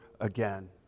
again